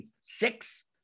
six